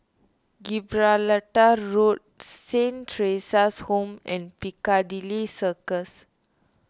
Gibraltar Road Saint theresa's Home and Piccadilly Circus